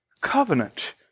covenant